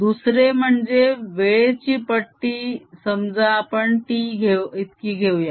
दुसरे म्हणजे वेळेची पट्टी समजा आपण τ इतकी घेऊया